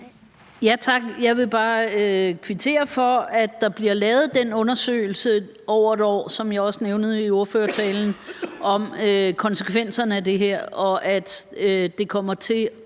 Jeg vil bare kvittere for, at der bliver lavet den undersøgelse inden 1 år , som jeg også nævnte i ordførertalen, om konsekvenserne af det her, og at den også kommer til at